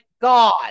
God